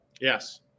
Yes